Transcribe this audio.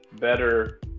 better